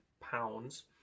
pounds